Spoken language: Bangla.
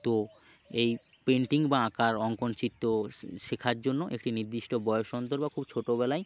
তো এই পেন্টিং বা আঁকার অঙ্কন চিত্র স শেখার জন্য একটি নির্দিষ্ট বয়স অন্তর বা খুব ছোটোবেলায়